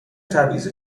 تبعیض